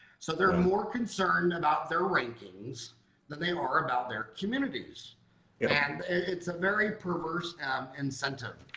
so they're more concerned about their rankings that they are about their communities and it's a very perverse incentive.